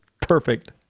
perfect